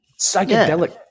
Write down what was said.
psychedelic